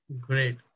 Great